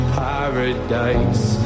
paradise